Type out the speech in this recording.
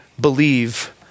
believe